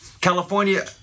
California